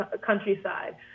countryside